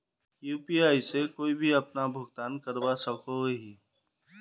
UPI से कोई भी भुगतान करवा सकोहो ही?